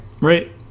Right